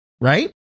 right